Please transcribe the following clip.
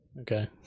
Okay